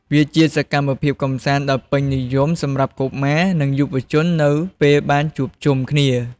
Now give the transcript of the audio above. វាជាសកម្មភាពកម្សាន្តដ៏ពេញនិយមសម្រាប់កុមារ និងយុវជននៅពេលបានជួបជុំគ្នា។